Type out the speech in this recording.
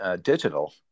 digital